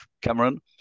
Cameron